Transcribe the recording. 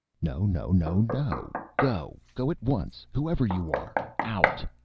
no, no, no, no! go! go at once. whoever you are out!